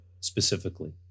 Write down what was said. specifically